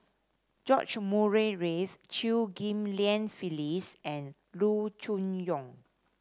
George Murray Reith Chew Ghim Lian Phyllis and Loo Choon Yong